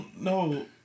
No